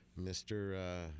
Mr